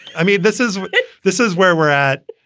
i mean, this is this is where we're at.